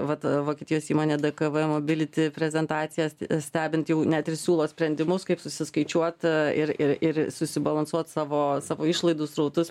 vat vokietijos įmonė d k v mobiliti prezentacijas stebint jau net ir siūlo sprendimus kaip susiskaičiuot ir ir ir susibalansuot savo savo išlaidų srautus